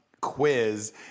quiz